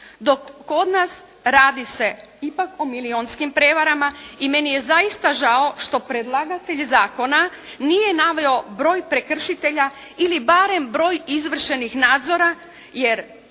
Dok kod nas radi se ipak o milijunskim prevarama i meni je zaista žao što predlagatelj zakona nije naveo broj prekršitelja ili barem broj izvršenih nadzora jer